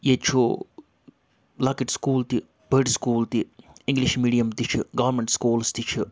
ییٚتہِ چھُ لَکٕٹۍ سکوٗل تہِ بٔڑۍ سکوٗل تہِ اِنٛگلِش میٖڈیَم تہِ چھِ گورمنٹ سکوٗلٕز تہِ چھِ